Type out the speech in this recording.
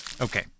Okay